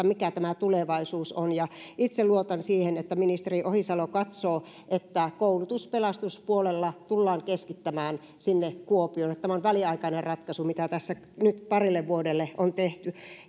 mikä tämä tulevaisuus on itse luotan siihen että ministeri ohisalo katsoo että koulutus pelastuspuolella tullaan keskittämään sinne kuopioon ja että tämä on väliaikainen ratkaisu mitä tässä nyt parille vuodelle on tehty